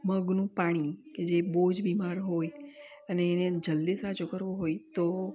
મગનું પાણી કે જે બહુ જ બીમાર હોય અને એને જલદી સાજો કરવો હોય તો